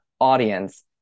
audience